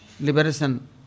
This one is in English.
liberation